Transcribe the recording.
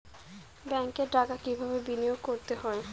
ব্যাংকে টাকা কিভাবে বিনোয়োগ করতে হয়?